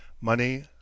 Money